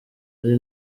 ari